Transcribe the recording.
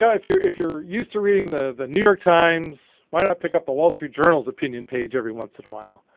know, if you're if you're used to reading the the new york times, why not pick up the wall street journal's opinion page every once in a while?